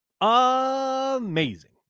Amazing